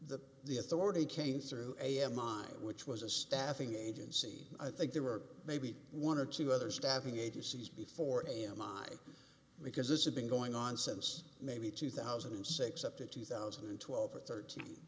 the the authority came through am mine which was a staffing agency i think there were maybe one or two other staffing agencies before i am mine because this has been going on since maybe two thousand and six up to two thousand and twelve or thirteen